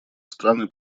страны